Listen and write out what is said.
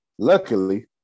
Luckily